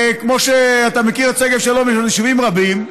כמו שאתה מכיר את שגב שלום ויישובים רבים,